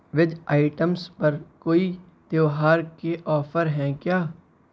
veg items پر کوئی تہوار کے آفر ہیں کیا